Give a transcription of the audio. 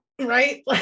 right